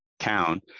town